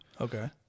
Okay